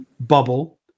Bubble